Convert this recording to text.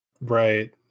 right